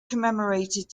commemorated